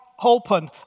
open